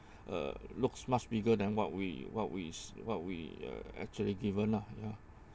uh looks much bigger than what we what we what we are actually given lah ya